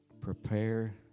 prepare